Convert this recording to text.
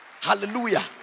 hallelujah